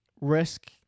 risk